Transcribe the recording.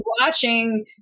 watching